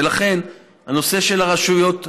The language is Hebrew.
ולכן, זה הנושא של הרשויות הרלוונטיות,